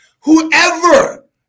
whoever